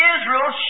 Israel